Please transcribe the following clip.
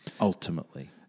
Ultimately